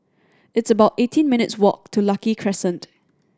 it's about eighteen minutes' walk to Lucky Crescent